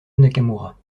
nakamura